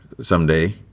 someday